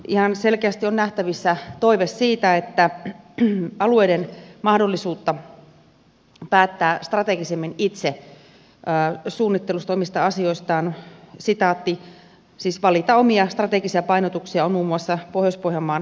ihan selkeästi on nähtävissä toive siitä että alueilla olisi parempi mahdollisuus itse päättää strategisesti suunnittelusta omista asioistaan valita omia strategisia painotuksia on muun muassa pohjois pohjanmaan ely keskus todennut